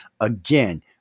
Again